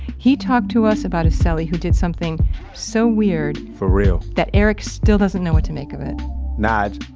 he talked to us about a cellie who did something so weird for real that eric still doesn't know what to make of it nige,